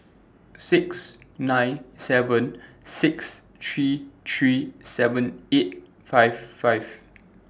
six nine seven six three three seven eight five five